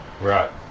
Right